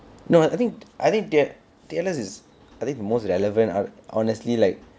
no I think I think T_L_S is I think the most relevant out honestly like